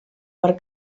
per